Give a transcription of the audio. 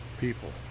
people